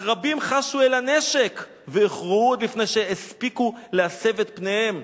אך רבים חשו אל הנשק והוכרעו עוד לפני שהספיקו להסב את פניהם."